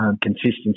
Consistency